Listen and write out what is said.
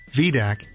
VDAC